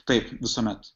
taip visuomet